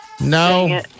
No